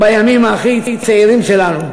בימים הכי צעירים שלנו.